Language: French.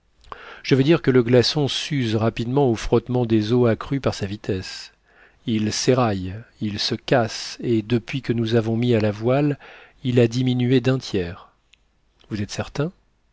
je veux dire que le glaçon s'use rapidement au frottement des eaux accru par sa vitesse il s'éraille il se casse et depuis que nous avons mis à la voile il a diminué d'un tiers vous êtes certain